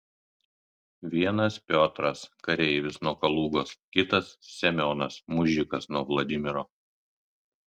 vienas piotras kareivis nuo kalugos kitas semionas mužikas nuo vladimiro